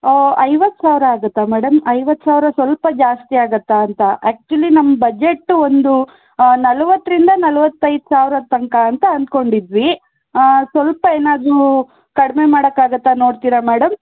ಐವತ್ತು ಸಾವಿರ ಆಗುತ್ತಾ ಮೇಡಮ್ ಐವತ್ತು ಸಾವಿರ ಸ್ವಲ್ಪ ಜಾಸ್ತಿ ಆಗತ್ತಾ ಅಂತ ಆ್ಯಕ್ಚುಲಿ ನಮ್ಮ ಬಜೆಟ್ ಒಂದು ನಲವತ್ತರಿಂದ ನಲವತ್ತೈದು ಸಾವಿರದ ತನಕ ಅಂತ ಅನ್ಕೊಂಡಿದ್ವಿ ಸ್ವಲ್ಪ ಏನಾದರೂ ಕಡಿಮೆ ಮಾಡಕ್ಕೆ ಆಗತ್ತಾ ನೋಡ್ತೀರಾ ಮೇಡಮ್